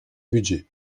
budget